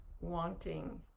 wanting